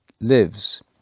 lives